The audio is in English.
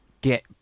get